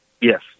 Yes